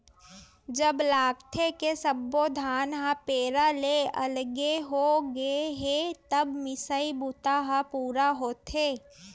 जब लागथे के सब्बो धान ह पैरा ले अलगे होगे हे तब मिसई बूता ह पूरा होथे